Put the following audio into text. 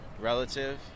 relative